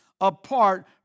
apart